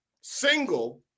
single